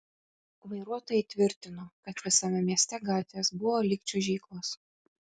vairuotojai tvirtino kad visame mieste gatvės buvo lyg čiuožyklos